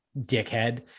dickhead